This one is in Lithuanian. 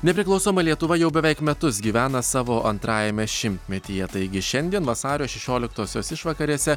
nepriklausoma lietuva jau beveik metus gyvena savo antrajame šimtmetyje taigi šiandien vasario šešioliktosios išvakarėse